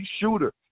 shooter